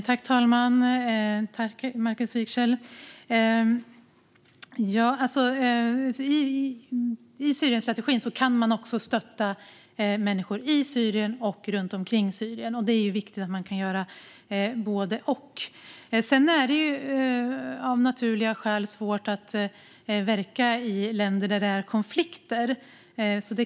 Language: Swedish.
Herr talman! Genom Syrienstrategin kan man också stötta människor i Syrien och runt omkring Syrien. Det är viktigt att man kan göra både och. Av naturliga skäl är det svårt att verka i länder med konflikter.